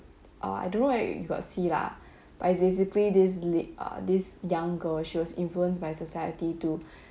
uh I don't know whether you got see lah but it's basically these late this young girl she was influenced by society to